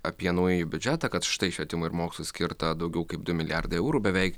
apie naująjį biudžetą kad štai švietimui ir mokslui skirta daugiau kaip du milijardai eurų beveik